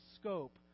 scope